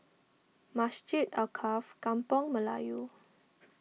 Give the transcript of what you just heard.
Masjid Alkaff Kampung Melayu